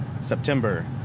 September